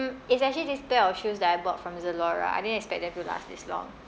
it's actually this pair of shoes that I bought from Zalora I didn't expect them to last this long